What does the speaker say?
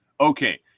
Okay